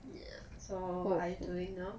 yeah so what are you doing now